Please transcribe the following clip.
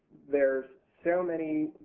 thereis so many